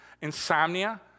insomnia